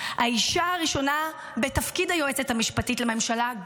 האישה הראשונה בתפקיד היועצת המשפטית לממשלה,